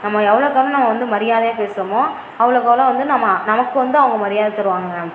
நம்ம எவ்வளோக்கு எவ்வளோ வந்து நம்ம மரியாதையா பேசுறோமோ அவ்வளோக்கு அவ்வளோ வந்து நம்ம நமக்கு வந்து அவங்க மரியாதை தருவாங்கங்க